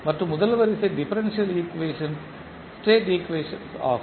மற்றும் முதல் வரிசை டிபரன்ஷியல் ஈக்குவேஷன்ஸ் ஸ்டேட் ஈக்குவேஷன்ஸ்கள் ஆகும்